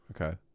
Okay